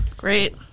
Great